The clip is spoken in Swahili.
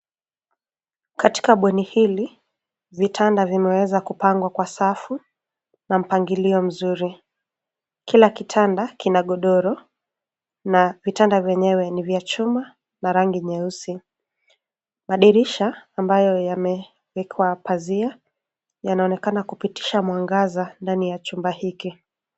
Katika bweni hili, vitanda vimeweza kupangwa kwa safu na mpangilio mzuri. Kila kitanda kina godoro na vitanda vyenyewe ni vya chuma na rangi nyeusi. Madirisha ambayo yamewekwa pazia yanaonekana kupitisha mwangaza ndani ya chumba hiki.